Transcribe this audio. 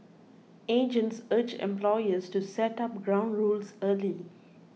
agents urged employers to set up ground rules early